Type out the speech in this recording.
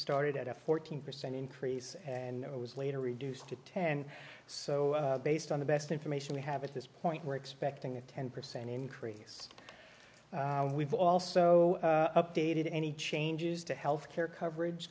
started at a fourteen percent increase and it was later reduced to ten so based on the best information we have at this point we're expecting a ten percent increase we've also updated any changes to health care coverage